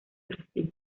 brasil